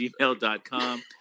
gmail.com